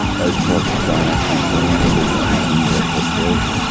those products we don't actually sell anymore, they are discontinued, that top shelf.